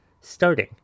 starting